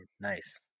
Nice